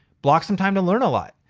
block some time to learn a lot.